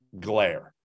glare